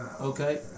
Okay